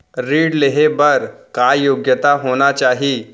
ऋण लेहे बर का योग्यता होना चाही?